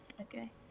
Okay